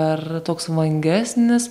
ar toks vangesnis